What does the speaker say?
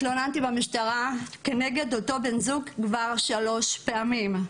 אני התלוננתי במשטרה כנגד אותו בן זוג כבר שלוש פעמים.